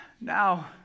Now